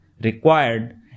required